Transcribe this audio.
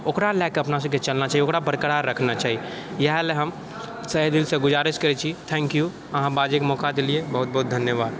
ओकरा लएके अपना सबके चलना चाही ओकरा बरकरार रखना चाही इएह लए हम तहे दिल से गुजारिश करैत छी थैंकयू अहाँ बाजयके एक मौका देलियै हम बहुत बहुत धन्यवाद